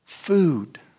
Food